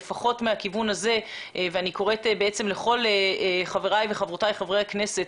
אני קוראת לכל חבריי וחברותיי חברי הכנסת